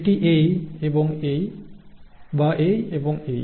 এটি এই এবং এই বা এই এবং এই